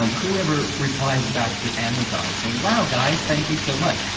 um who ever replies back to amazon, saying, wow, guys, thank you so much.